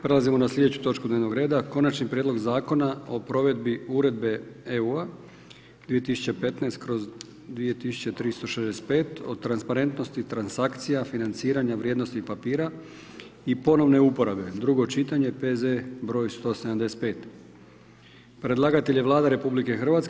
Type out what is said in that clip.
Prelazimo na slijedeću točku dnevnog reda - Konačni prijedlog zakona o provedbi Uredbe EU 2015/2365 o transparentnosti transakcija financiranja vrijednosnih papira i ponovne uporabe, drugo čitanje, P.Z. br. 175 Predlagatelj je Vlada Republike Hrvatske.